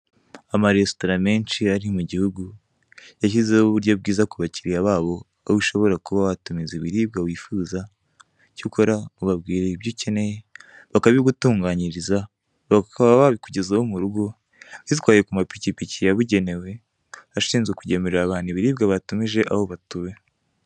Amaresitora menshi ari mu gihugu yashyizeho uburyo bwiza ku bakiliriya babo aho ushobora kuba watumiza ibiribwa wifuza, icyo ukora ubabwira ibyo ukeneye bakabigutunganyiriza bakaba babikugezaho mu rugo bitwawe ku mapikipiki yabugenewe ashinzwe kugemurira abantu ibiribwa batumije aho batuye.